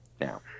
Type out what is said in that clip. now